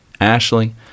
Ashley